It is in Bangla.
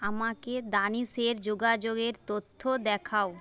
আমাকে দানিশের যোগাযোগের তথ্য দেখাও